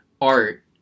art